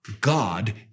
God